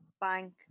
Bank